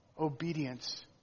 obedience